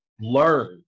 learn